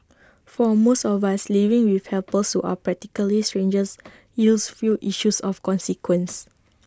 for most of us living with helpers who are practically strangers yields few issues of consequence